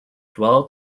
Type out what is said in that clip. dwell